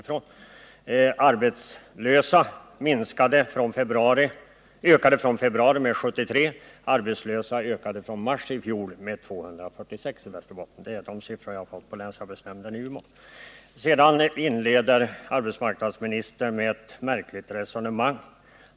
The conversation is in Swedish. Antalet arbetslösa i Västerbotten ökade från februari till mars med 73 och från mars i fjol med 246. Det är de siffror jag har fått på länsarbetsnämnden i Umeå. Sedan inleder arbetsmarknadsministern med ett märkligt resonemang.